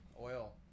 oil